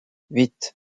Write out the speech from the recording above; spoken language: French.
huit